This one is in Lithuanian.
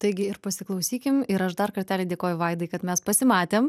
taigi ir pasiklausykim ir aš dar kartelį dėkoju vaidai kad mes pasimatėm